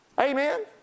Amen